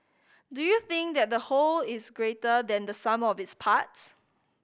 do you think that the whole is greater than the sum of its parts